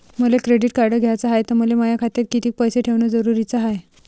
मले credit card घ्याचं हाय, त मले माया खात्यात कितीक पैसे ठेवणं जरुरीच हाय?